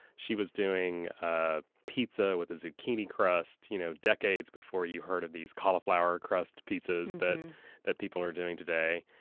she was doing ah pizza with a zucchini crust you know decades before you heard of these cauliflower crust pizzas that people are doing today.